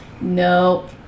No